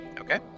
Okay